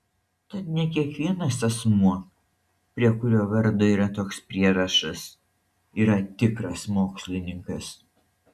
tad ne kiekvienas asmuo prie kurio vardo yra toks prierašas yra tikras mokslininkas